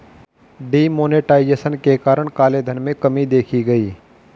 D monetization के कारण काले धन में कमी देखी गई